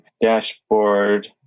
Dashboard